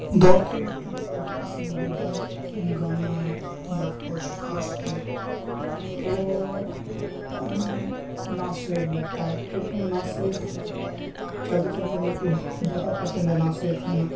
دوڑتے وقت ہمارا جو پسندیدہ گانا ہے یا پوسٹ کاسٹ ہے وہ ہمیں نعت شریف لگتا ہے کیونکہ ہم نعت شریف چلتے چلتے ہمیں کچھ زیادہ پسند ہے نعت شریف سننا